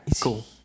cool